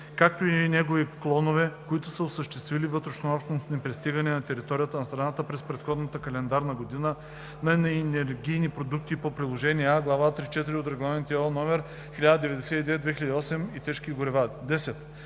както и негови клонове, които са осъществявали вътрешнообщностни пристигания на територията на страната през предходната календарна година на енергийни продукти по приложение А, глава 3.4 от Регламент (ЕО) № 1099/2008 и тежки горива. 10.